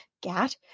gat